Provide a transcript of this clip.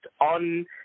on